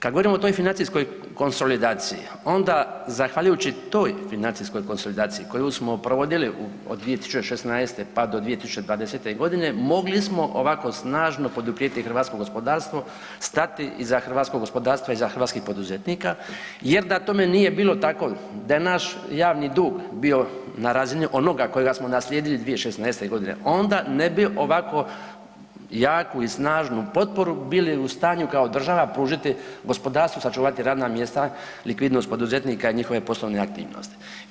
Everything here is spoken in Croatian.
Kada govorimo o toj financijskoj konsolidaciji onda zahvaljujući toj financijskoj konsolidaciji koju smo provodili od 2016. pa do 2020. godine mogli smo ovako snažno poduprijeti hrvatsko gospodarstvo, stati iza hrvatskog gospodarstva, iza hrvatskih poduzetnika jer da tome nije bilo tako, da je naš javni dug bio na razini onoga kojega smo naslijedili 2016. godine onda ne bi ovako jaku i snažnu potporu bili u stanju kao država pružiti gospodarstvu i sačuvati radna mjesta, likvidnost poduzetnika i njihove poslovne aktivnosti.